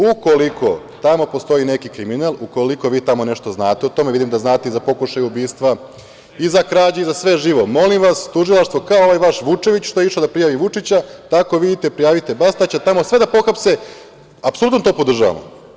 Ukoliko tamo postoji neki kriminal, ukoliko vi tamo nešto znate o tome, a vidim da znate i za pokušaj ubistva i za krađe i za sve živo, molim vas, tužilaštvo kao ovaj vaš Vučević što je išao da prijavi Vučića, tako vi idite prijavite Bastaća, tamo sve da pohapse, apsolutno to podržavamo.